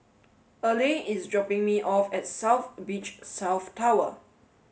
Erle is dropping me off at South Beach South Tower